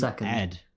Ed